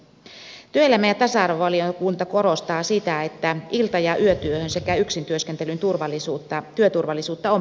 työelämä ja tasa arvovaliokunta korostaa sitä että ilta ja yötyön sekä yksintyöskentelyn työturvallisuutta on parannettava